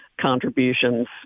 contributions